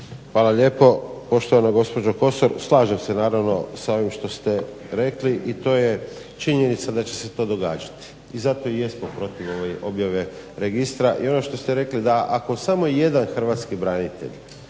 Hvala lijepo. Poštovana gospođo Kosor slažem se naravno s ovim što ste rekli i to je činjenica da će se to događati i zato jesmo protiv ove objave registra. I ono što ste rekli da ako samo jedan hrvatski branitelj